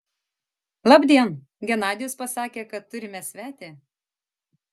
labdien genadijus pasakė kad turime svetį